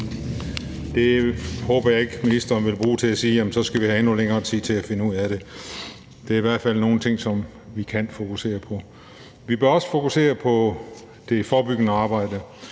Det håber jeg ikke ministeren vil bruge til at sige, at så skal vi have endnu længere tid til at finde ud af det. Det er i hvert fald nogle ting, som vi kan fokusere på. Vi bør også fokusere på det forebyggende arbejde,